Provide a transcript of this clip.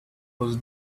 was